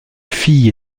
filles